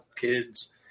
kids